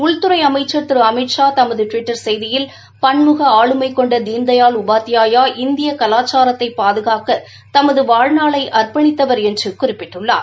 உள்துறை அமைச்சா திரு அமித்ஷா தமது டுவிட்டா் செய்தியில் பன்முக ஆளுமை கொண்ட தீன்தயாள் உபாத்தியாயா இந்திய கவாச்சாரத்தை பாதுகாக்க தனது வாழ்நாளை அர்ப்பணித்தவர் என்று குறிப்பிட்டுள்ளார்